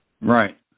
Right